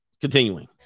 continuing